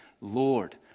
Lord